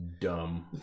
dumb